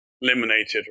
eliminated